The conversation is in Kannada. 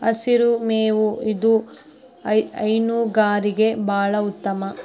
ಹಸಿರು ಮೇವು ಇದು ಹೈನುಗಾರಿಕೆ ಬಾಳ ಉತ್ತಮ